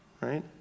Right